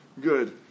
good